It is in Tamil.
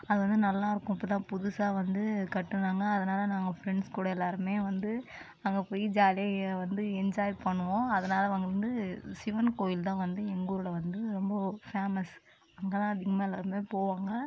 அது வந்து நல்லா இருக்கும் இப்போ தான் புதுசாக வந்து கட்டினாங்க அதனால் நாங்கள் ஃப்ரெண்ட்ஸ் கூட எல்லாேருமே வந்து அங்கே போய் ஜாலியாக ஏ வந்து என்ஜாய் பண்ணுவோம் அதனால் வந்து சிவன் கோயில் தான் வந்து எங்கள் ஊரில் வந்து ரொம்ப ஃபேமஸ் அங்கெல்லாம் அதிகமாக எல்லாேருமே போவாங்க